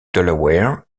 delaware